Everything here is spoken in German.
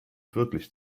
wirklich